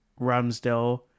Ramsdale